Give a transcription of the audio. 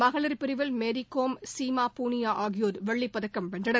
மகளிர் பிரிவில் மேரி கோம் சீமா பூனியா ஆகியோர் வெள்ளிப் பதக்கம் வென்றனர்